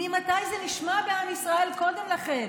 ממתי זה נשמע בעם ישראל קודם לכן?